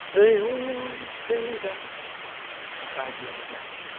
they all say that cried the old man.